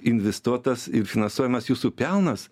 investuotas ir finansuojamas jūsų pelnas